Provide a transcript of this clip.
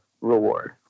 reward